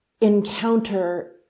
encounter